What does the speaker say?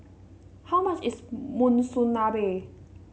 how much is Monsunabe